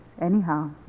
anyhow